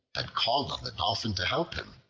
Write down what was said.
and called on the dolphin to help him.